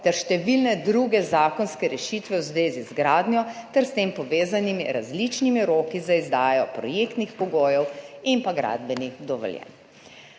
ter za številne druge zakonske rešitve v zvezi z gradnjo ter s tem povezanimi različnimi roki za izdajo projektnih pogojev in pa gradbenih dovoljenj.